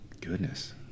Goodness